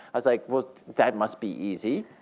i was like, well, that must be easy.